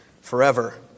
forever